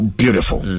beautiful